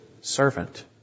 servant